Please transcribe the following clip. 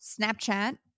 Snapchat